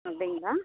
அப்படிங்களா